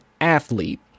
athlete